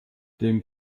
dem